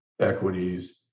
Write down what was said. equities